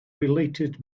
related